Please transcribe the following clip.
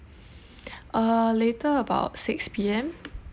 uh later about six P_M